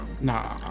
Nah